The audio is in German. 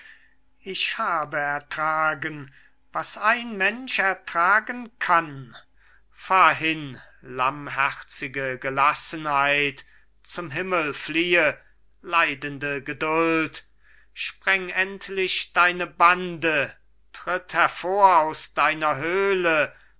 ich habe ertragen was ein mensch ertragen kann fahr hin lammherzige gelassenheit zum himmel fliehe leidende geduld spreng endlich deine bande tritt hervor aus deiner höhle